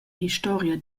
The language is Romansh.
historia